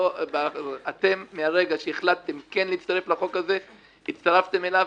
מרגע שהחלטתם להצטרף לחוק הזה,